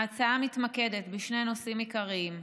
ההצעה מתמקדת בשני נושאים עיקריים: